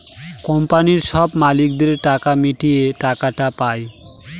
কোম্পানির সব মালিকদের টাকা মিটিয়ে টাকাটা পায়